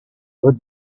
for